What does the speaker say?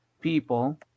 people